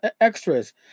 extras